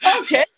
Okay